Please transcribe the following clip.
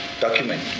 document